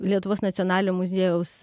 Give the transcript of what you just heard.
lietuvos nacionalinio muziejaus